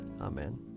Amen